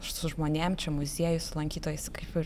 su žmonėm čia muziejus su lankytojais kaip ir